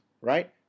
Right